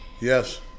Yes